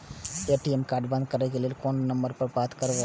ATM card बंद करे के लेल कोन नंबर पर बात करबे?